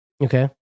okay